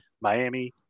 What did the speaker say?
Miami